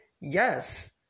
yes